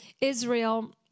Israel